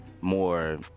more